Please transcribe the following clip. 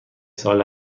ساله